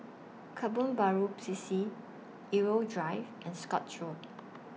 Kebun Baru C C Irau Drive and Scotts Road